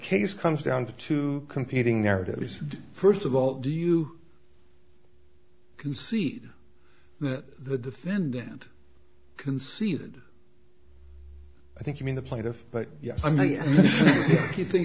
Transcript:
case comes down to two competing narratives first of all do you concede that the defendant conceded i think you mean the plaintiff but yes i mean you thin